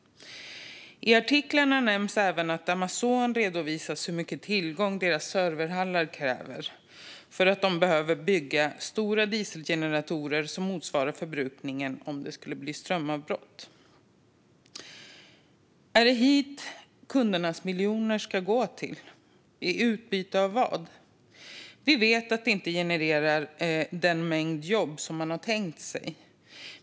I artiklarna nämns även att Amazon redovisat hur stora tillgångar deras serverhallar kräver. De behöver bygga stora dieselgeneratorer som motsvarar förbrukningen i händelse av strömavbrott. Är det hit kundernas miljoner ska gå, och i utbyte mot vad? Vi vet att detta inte genererar den mängd jobb som man tänkt sig.